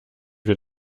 wir